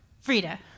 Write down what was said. Frida